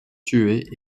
tués